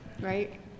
right